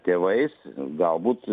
tėvais galbūt